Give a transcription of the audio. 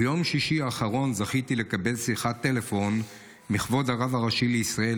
ביום שישי האחרון זכיתי לקבל שיחת טלפון מכבוד הרב הראשי לישראל,